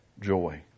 joy